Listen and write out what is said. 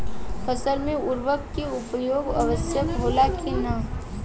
फसल में उर्वरक के उपयोग आवश्यक होला कि न?